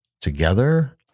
together